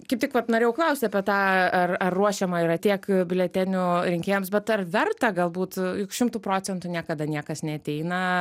kaip tik vat norėjau klausti apie tą ar ar ruošiama yra tiek biuletenių rinkėjams bet ar verta galbūt juk šimtu procentų niekada niekas neateina